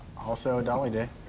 also a dali day.